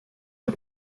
the